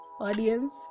audience